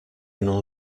non